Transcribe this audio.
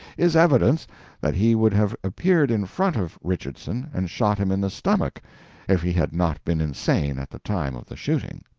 is evidence that he would have appeared in front of richardson and shot him in the stomach if he had not been insane at the time of the shooting.